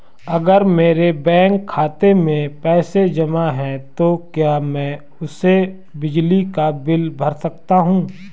अगर मेरे बैंक खाते में पैसे जमा है तो क्या मैं उसे बिजली का बिल भर सकता हूं?